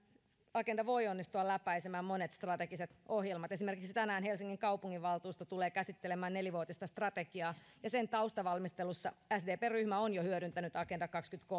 agenda voi onnistua läpäisemään monet strategiset ohjelmat esimerkiksi tänään helsingin kaupunginvaltuusto tulee käsittelemään nelivuotista strategiaa ja sen taustavalmistelussa sdpn ryhmä on jo hyödyntänyt agenda